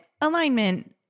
alignment